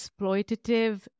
exploitative